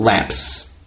lapse